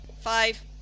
Five